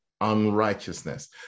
unrighteousness